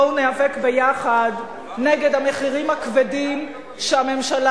בואו ניאבק ביחד נגד המחירים הכבדים שהממשלה